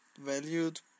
valued